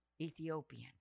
Ethiopian